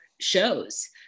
shows